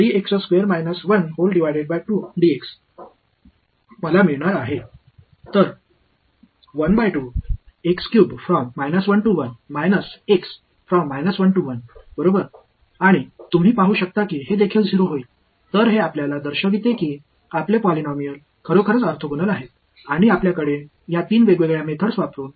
எனவே இது எங்கள் பாலினாமியல்கள் உண்மையில் ஆர்த்தோகனல் என்பதையும் நாம் செய்ய வேண்டியது என்னவென்றால் இந்த ஒருங்கிணைப்பை மதிப்பீடு செய்ய மூன்று வெவ்வேறு முறைகளைக் கூறுவோம்